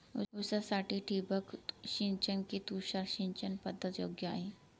ऊसासाठी ठिबक सिंचन कि तुषार सिंचन पद्धत योग्य आहे?